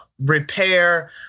repair